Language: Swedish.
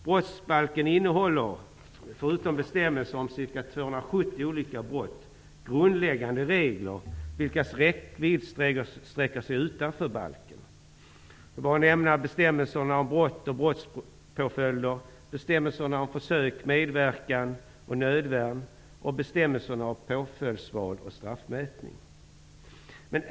Den innehåller, förutom bestämmelser om ca 270 olika straff, grundläggande regler vilkas vidd sträcker sig utanför brottsbalkens. Jag skall bara nämna bestämmelserna om brott och brottspåföljd, bestämmelserna om försök, medverkan till brott och nödvärn, bestämmelserna om påföljdsval och straffmätning.